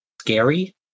scary